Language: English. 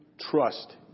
trust